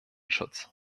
schutz